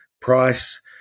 price